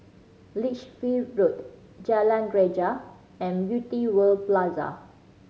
Lichfield Road Jalan Greja and Beauty World Plaza